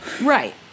Right